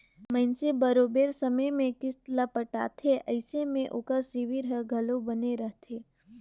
मइनसे बरोबेर समे में किस्त ल पटाथे अइसे में ओकर सिविल हर घलो बने रहथे